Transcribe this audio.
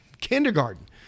kindergarten